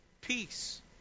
peace